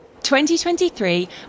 2023